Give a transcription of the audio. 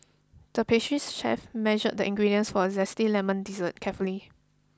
the pastry chef measured the ingredients for a zesty lemon dessert carefully